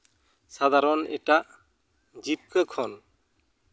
ᱥᱟᱫᱷᱟᱨᱚᱱ ᱮᱴᱟᱜ ᱡᱤᱵᱽᱠᱟᱹ ᱠᱷᱚᱱ